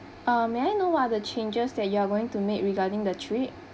uh may I know what are the changes that you are going to make regarding the trip